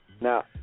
Now